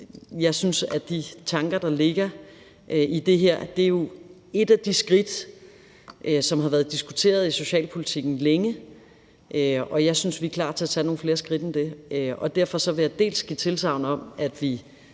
jeg synes, at de tanker, der ligger i det her, er et af de skridt, som har været diskuteret i socialpolitikken længe, og jeg synes, at vi er klar til at tage nogle flere skridt end det. Derfor vil jeg dels give tilsagn om, at vi